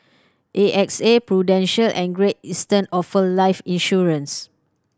A X A Prudential and Great Eastern offer life insurance